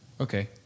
Okay